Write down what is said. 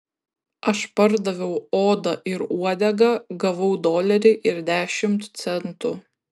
aš pardaviau odą ir uodegą gavau dolerį ir dešimt centų